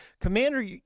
commander